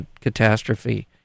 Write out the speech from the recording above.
catastrophe